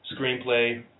screenplay